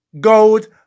gold